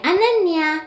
Ananya